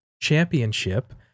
championship